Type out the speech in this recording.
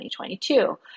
2022